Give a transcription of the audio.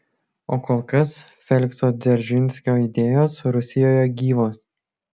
o kol kas felikso dzeržinskio idėjos rusijoje gyvos